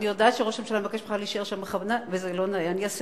אני יודעת שראש הממשלה מבקש ממך להישאר שם בכוונה,